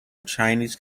chinese